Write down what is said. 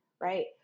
right